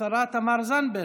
השרה תמר זנדברג.